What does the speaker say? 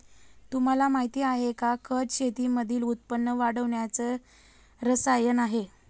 तुम्हाला माहिती आहे का? खत शेतीमधील उत्पन्न वाढवण्याच रसायन आहे